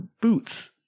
boots